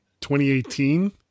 2018